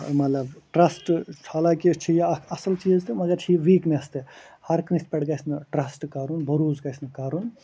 مطلب ٹرٛسٹ حالانکہِ چھُ یہِ اکھ اصٕل چیٖز مگر چھِ یہِ ویٖکنٮ۪س تہِ ہر کٲنٛسہِ پٮ۪ٹھ گَژھِ نہٕ ٹرٛسٹ کَرُن بَروسہٕ گژھِ نہٕ کَرُن